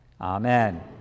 Amen